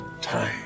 time